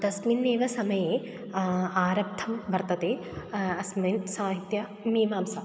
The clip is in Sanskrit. तस्मिन्नेव समये आरब्धं वर्तते अस्मिन् साहित्यमीमांसायाः